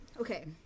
okay